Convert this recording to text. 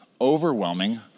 overwhelming